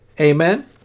Amen